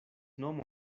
nomon